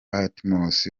patmos